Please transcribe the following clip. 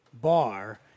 bar